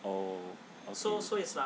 oh okay